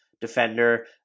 defender